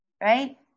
right